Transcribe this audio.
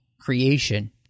creation